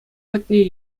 патне